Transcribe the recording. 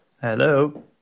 Hello